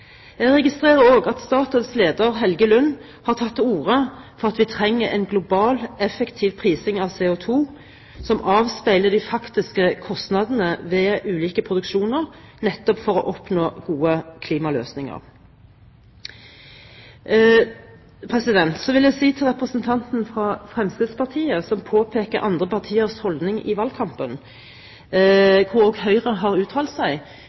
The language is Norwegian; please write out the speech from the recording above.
Jeg registrerer også at Statoils leder, Helge Lund, har tatt til orde for at vi trenger en global, effektiv prising av CO2 som avspeiler de faktiske kostnadene ved ulike produksjoner, nettopp for å oppnå gode klimaløsninger. Så vil jeg si til representanten fra Fremskrittspartiet, som påpekte andre partiers holdning i valgkampen – også Høyre har uttalt seg